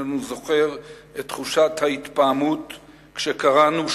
זוכר את תחושת ההתפעמות כשקראנו שוב,